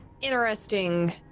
interesting